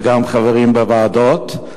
וגם לחברים בוועדות.